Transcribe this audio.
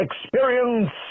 experience